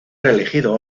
reelegido